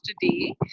today